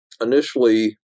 initially